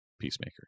Peacemaker